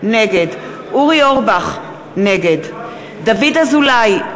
נגד אורי אורבך, נגד דוד אזולאי,